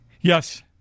Yes